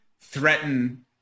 threaten